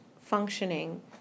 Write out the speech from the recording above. functioning